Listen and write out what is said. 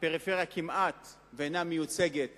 שהפריפריה כמעט אינה מיוצגת